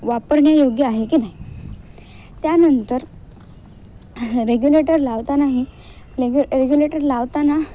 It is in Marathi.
वापरणे योग्य आहे की नाही त्यानंतर रेग्युलेटर लावतानाही रेग रेगुलेटर लावताना